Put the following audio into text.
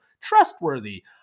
trustworthy